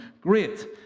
Great